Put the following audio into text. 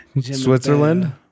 Switzerland